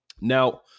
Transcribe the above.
Now